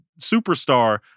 superstar